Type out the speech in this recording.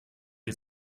ihr